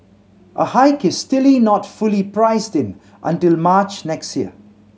a hike is still not fully priced in until March next year